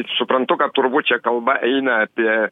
suprantu kad turbūt čia kalba eina apie